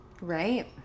Right